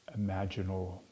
imaginal